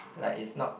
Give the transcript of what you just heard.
like it's not